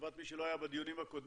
לטובת מי שלא היה בדיונים הקודמים,